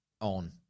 on